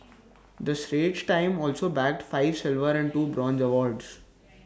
the straits times also bagged five silver and two bronze awards